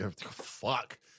fuck